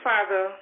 Father